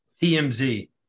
tmz